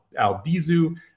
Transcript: Albizu